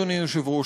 אדוני היושב-ראש,